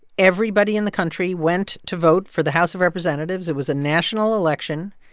everybody in the country went to vote for the house of representatives. it was a national election.